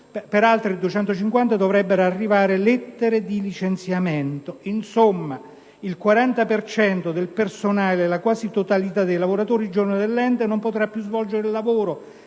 per altri 250 dovrebbero arrivare lettere di licenziamento. Insomma, il 40 per cento del personale, la quasi totalità dei lavoratori giovani dell'ente, non potrà più svolgere il lavoro